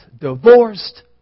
divorced